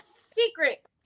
secret